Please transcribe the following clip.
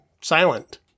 silent